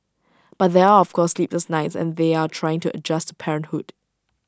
but there are of course sleepless nights and they are trying to adjust parenthood